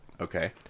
Okay